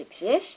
exist